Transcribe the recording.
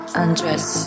undress